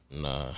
Nah